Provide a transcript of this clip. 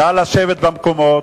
נא לשבת במקומות.